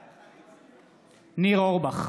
בעד ניר אורבך,